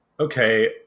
Okay